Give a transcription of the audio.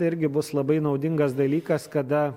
irgi bus labai naudingas dalykas kada